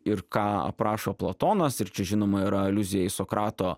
ir ką aprašo platonas ir čia žinoma yra aliuzija į sokrato